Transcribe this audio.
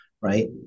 right